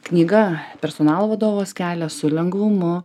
knyga personalo vadovas kelias su lengvumu